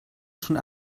schon